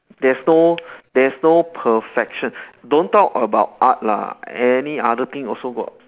there's no there's no perfection don't talk about art lah any other thing also got